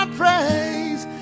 praise